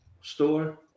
store